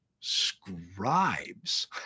scribes